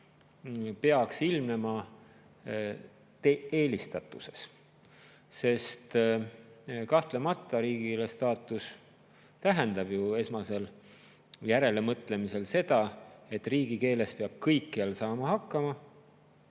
peaks ilmnema eelistatuses. Kahtlemata, riigikeele staatus tähendab ju esmasel järelemõtlemisel seda, et riigikeeles peab kõikjal hakkama